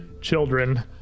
children